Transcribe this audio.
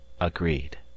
Agreed